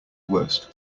worst